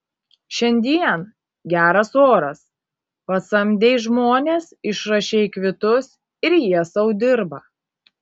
šiandien geras oras pasamdei žmones išrašei kvitus ir jie sau dirba